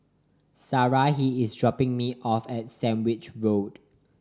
Sarahi is dropping me off at Sandwich Road